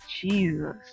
Jesus